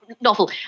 novel